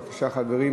בבקשה, חברים,